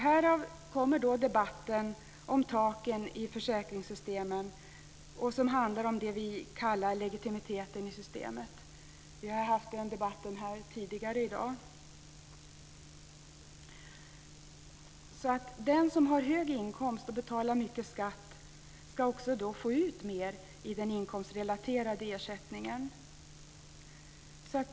Härav kommer debatten om taken i försäkringssystemen, som handlar om det vi kallar legitimiteten i systemet. Vi har fört den debatten här tidigare i dag. Den som har hög inkomst och betalar mycket skatt ska också få ut mer i den inkomstrelaterade ersättningen.